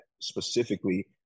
specifically